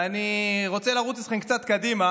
ואני רוצה לרוץ איתכם קצת קדימה